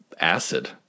acid